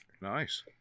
Nice